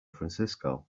francisco